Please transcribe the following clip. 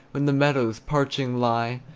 when the meadows parching lie,